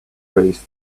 race